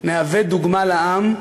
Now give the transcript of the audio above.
נהווה דוגמה לעם,